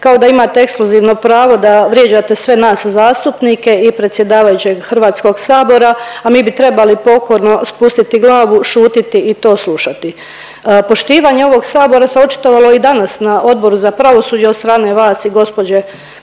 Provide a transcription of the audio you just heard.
Kao da imate ekskluzivno pravo da vrijeđate sve nas zastupnike i predsjedavajućeg Hrvatskog sabora, a mi bi trebali pokorno spustiti glavu, šutiti i to slušati. Poštivanje ovog Sabora se očitovalo i danas na Odboru za pravosuđe od strane vas i gospođe